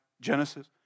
Genesis